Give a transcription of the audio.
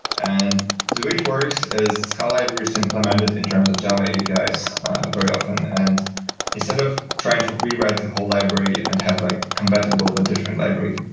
and the way it works is scala library is implemented in terms of java apis very often. and instead of trying to rewrite the whole library and have like compatible but different library,